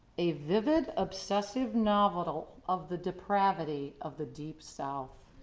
a vivid obsessive novel of the depravity of the deep south.